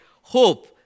hope